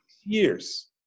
years